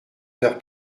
faire